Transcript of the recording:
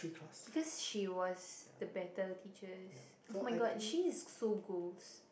because she was the better teachers oh-my-god she is so goals